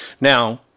Now